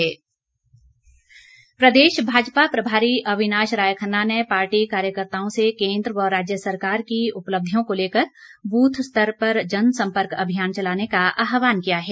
अविनाश खन्ना प्रदेश भाजपा प्रभारी अविनाश राय खन्ना ने पार्टी कार्यकर्ताओं से केंद्र व राज्य सरकार की उपलब्धियों को लेकर बूथ स्तर पर जनसंपर्क अभियान चलाने का आहवान किया है